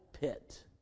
pit